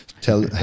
tell